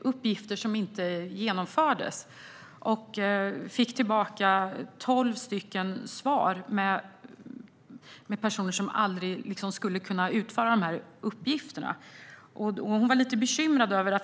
uppgifter som inte utfördes. Hon fick då tillbaka tolv svar med förslag på personer som aldrig skulle kunna utföra dessa uppgifter. Hon var lite bekymrad.